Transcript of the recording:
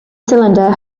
cylinder